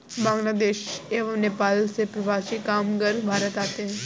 बांग्लादेश एवं नेपाल से प्रवासी कामगार भारत आते हैं